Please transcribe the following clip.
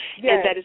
Yes